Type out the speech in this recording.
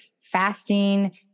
fasting